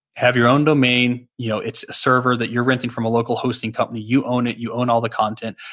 have your own domain. you know it's a server that you're renting from a local hosting company. you own it. you own all the content.